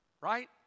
Right